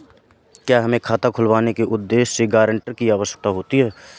क्या हमें खाता खुलवाने के उद्देश्य से गैरेंटर की आवश्यकता होती है?